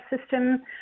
system